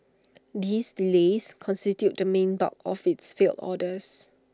these delays constituted the main bulk of its failed orders